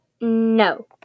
No